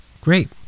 Great